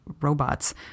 robots